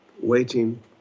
waiting